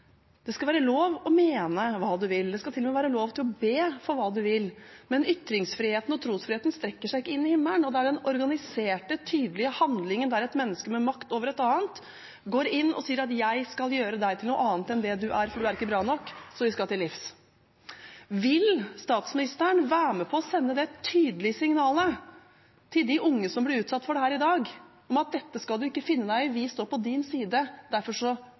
Det skal være lov å mene hva man vil, det skal til og med være lov til å be for hva man vil, men ytringsfriheten og trosfriheten strekker seg ikke inn i himmelen. Det er den organiserte, tydelige handlingen der et menneske med makt over et annet går inn og sier at jeg skal gjøre deg til noe annet enn det du er, for du er ikke bra nok, som vi skal til livs. Vil statsministeren være med på å sende det tydelige signalet til de unge som blir utsatt for dette i dag, om at dette skal du ikke finne deg i, vi står på din side, og derfor